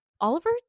Oliver